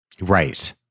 Right